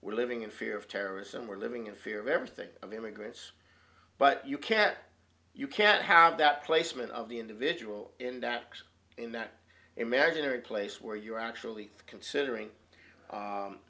were living in fear of terrorism we're living in fear of everything of immigrants but you can't you can't have that placement of the individual in that in that imaginary place where you're actually considering